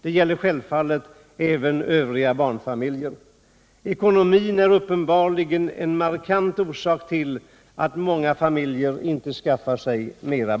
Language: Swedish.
— Det gäller självfallet även övriga barnfamiljer, eftersom ekonomin uppenbarligen är en markant orsak till att många familjer inte skaffar sig fler barn.